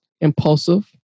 impulsive